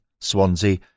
Swansea